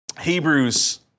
Hebrews